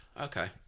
okay